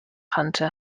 hunter